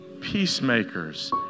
peacemakers